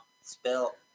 Spell